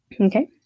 Okay